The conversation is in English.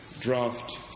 draft